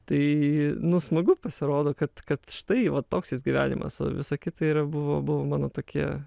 tai nu smagu pasirodo kad kad štai va toks jis gyvenimas o visa kita yra buvo buvo mano tokie